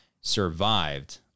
survived